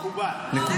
מקובל.